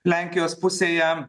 lenkijos pusėje